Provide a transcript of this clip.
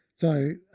so,